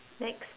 next